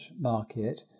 market